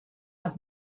have